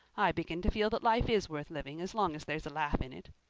i begin to feel that life is worth living as long as there's a laugh in it.